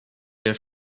der